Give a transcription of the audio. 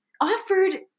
offered